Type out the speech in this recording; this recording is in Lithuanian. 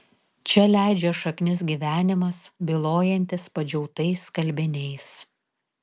čia leidžia šaknis gyvenimas bylojantis padžiautais skalbiniais